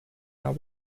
hour